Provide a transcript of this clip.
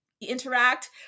interact